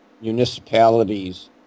municipalities